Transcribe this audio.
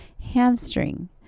hamstring